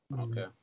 Okay